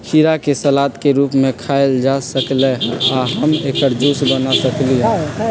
खीरा के सलाद के रूप में खायल जा सकलई ह आ हम एकर जूस बना सकली ह